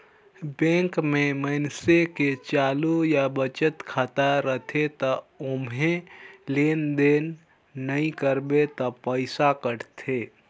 bank में मइनसे के चालू या बचत खाता रथे त ओम्हे लेन देन नइ करबे त पइसा कटथे